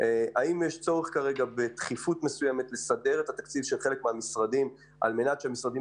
האם יש צורך כרגע לסדר את התקציב של חלק מהמשרדים על מנת שהמשרדים